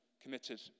committed